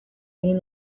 egin